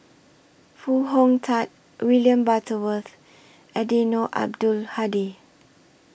Foo Hong Tatt William Butterworth Eddino Abdul Hadi